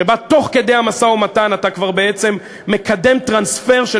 שבה תוך כדי המשא-ומתן אתה כבר בעצם מקדם טרנספר,